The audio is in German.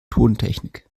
tontechnik